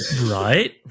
Right